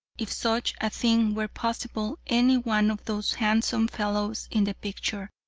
if such a thing were possible, any one of those handsome fellows in the picture.